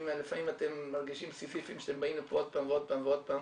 אם לפעמים אתם מרגישים סיזיפיים שאתם באים לכאן שוב ושוב ושוב,